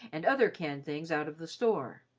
and other canned things out of the store,